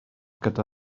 gyda